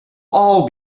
all